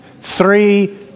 Three